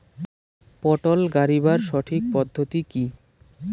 পটল গারিবার সঠিক পদ্ধতি কি?